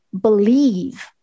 believe